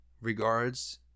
regards